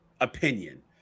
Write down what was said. opinion